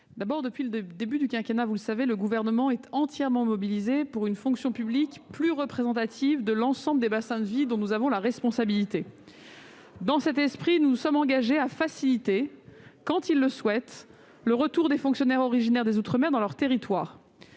savez, depuis le début du quinquennat, le Gouvernement est entièrement mobilisé pour faire en sorte que la fonction publique soit plus représentative de l'ensemble des bassins de vie dont nous avons la responsabilité. C'est dans cet esprit que nous nous sommes engagés à faciliter, quand ils le souhaitent, le retour des fonctionnaires originaires des outre-mer dans leur territoire.